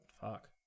fuck